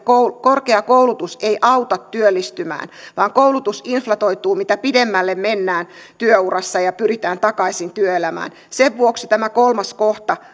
korkeakoulutus ei auta työllistymään vaan koulutus inflatoituu mitä pidemmälle mennään työurassa ja pyritään takaisin työelämään sen vuoksi tämä kolmas kohta